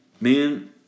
Man